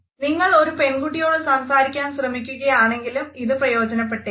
നിങ്ങളൊരു പെൺകുട്ടിയോട് സംസാരിക്കാൻ ശ്രമിക്കുകയാണെങ്കിലും ഇത് പ്രയോജനപ്പെട്ടേക്കാം